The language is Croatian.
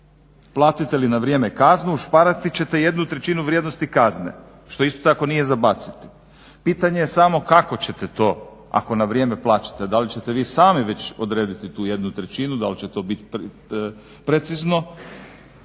Platite li na vrijeme kaznu ušparat ćete jednu trećinu vrijednosti kazne što isto tako nije za baciti. Pitanje je samo kako ćete to ako na vrijeme plaćate, da li ćete vi sami već odrediti tu jednu trećinu, da li će to biti precizno,